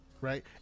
right